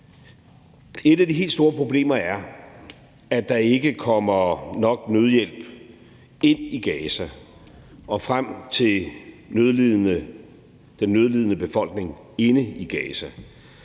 Et af de helt store problemer er, at der ikke kommer nok nødhjælp ind i Gaza og frem til den nødlidende befolkning inde i Gaza.